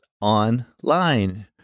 online